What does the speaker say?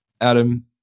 adam